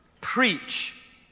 preach